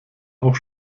auch